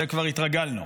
לזה כבר התרגלנו.